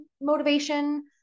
motivation